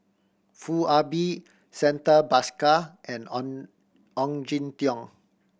Foo Ah Bee Santha Bhaskar and Ong Ong Jin Teong